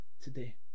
today